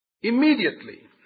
immediately